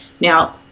now